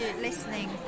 listening